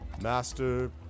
Master